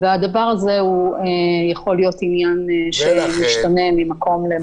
הדבר הזה יכול להיות עניין שמשתנה ממקום למקום.